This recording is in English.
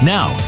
Now